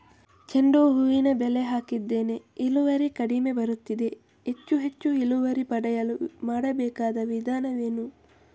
ಚೆಂಡು ಹೂವಿನ ಬೆಳೆ ಹಾಕಿದ್ದೇನೆ, ಇಳುವರಿ ಕಡಿಮೆ ಬರುತ್ತಿದೆ, ಹೆಚ್ಚು ಹೆಚ್ಚು ಇಳುವರಿ ಪಡೆಯಲು ಮಾಡಬೇಕಾದ ವಿಧಾನವೇನು?